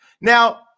now